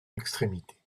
extrémité